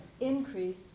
increase